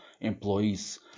employees